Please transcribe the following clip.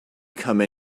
come